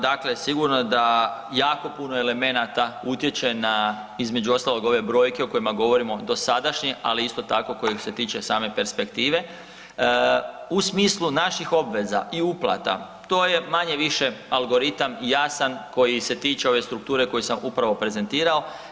Dakle sigurno je da jako puno elemenata utječe na, između ostalog, ove brojke o kojima govorimo dosadašnje, ali isto tako koji se tiče same perspektive, u smislu naših obveza i uplata, to je manje-više algoritam jasan koji se tiče ove strukture koji sam upravo prezentirao.